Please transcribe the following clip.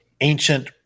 ancient